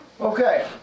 Okay